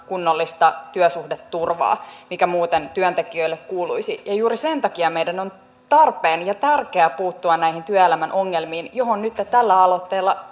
kunnollista työsuhdeturvaa joka muuten työntekijöille kuuluisi ja juuri sen takia meidän on tarpeen ja tärkeää puuttua näihin työelämän ongelmiin joihin nytten tällä aloitteella